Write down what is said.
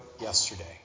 yesterday